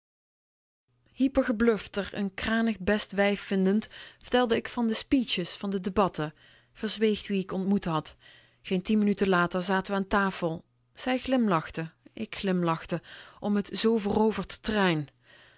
paf hyper gebluft r n kranig best wijf vindend vertelde k van de speeches van de debatten verzweeg wie ik ontmoet had geen tien minuten later zaten we aan tafel zij glimlachte ik glimlachte om t